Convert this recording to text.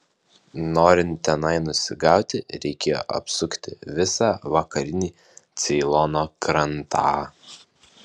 norint tenai nusigauti reikėjo apsukti visą vakarinį ceilono krantą